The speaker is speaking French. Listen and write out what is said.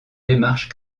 démarche